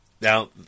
Now